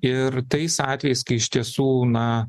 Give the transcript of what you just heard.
ir tais atvejais kai iš tiesų na